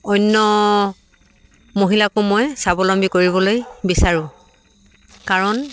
অন্য মহিলাকো মই স্বাৱলম্বী কৰিবলৈ বিচাৰোঁ কাৰণ